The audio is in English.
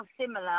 similar